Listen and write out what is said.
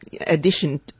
addition